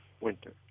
winter